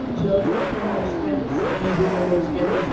building upon their strengths even when their strength is